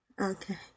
Okay